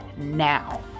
now